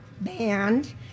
band